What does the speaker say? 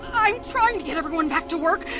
i'm trying to get everyone back to work.